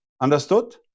Understood